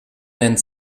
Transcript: nennt